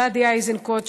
גדי איזנקוט,